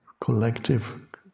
collective